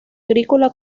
agrícola